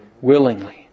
Willingly